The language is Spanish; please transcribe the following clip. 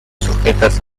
sujetas